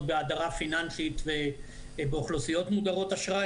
בהדרה פיננסית ובאוכלוסיות מודרות אשראי.